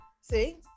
See